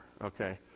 okay